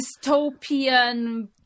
dystopian